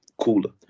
cooler